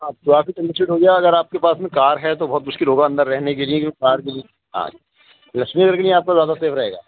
اگر آپ کے پاس میں کار ہے تو بہت مشکل ہوگا اندر رہنے کے لیے کیونکہ کار کے لیے ہاں لکشمی نگر کے لیے آپ کا زیادہ سیف رہے گا